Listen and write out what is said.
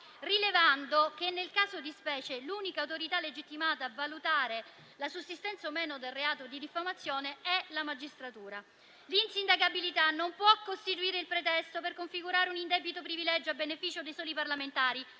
rilevando che nel caso di specie l'unica autorità legittimata a valutare la sussistenza o meno del reato di diffamazione è la magistratura. L'insindacabilità non può costituire il pretesto per configurare un indebito privilegio a beneficio dei soli parlamentari.